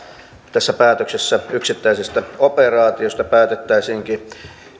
tässä päätöksessä yksittäisestä operaatiosta päätettäisiinkin